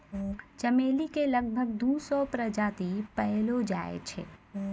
चमेली के लगभग दू सौ प्रजाति पैएलो जाय छै